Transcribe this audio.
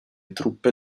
truppe